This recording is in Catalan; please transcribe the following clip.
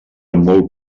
molt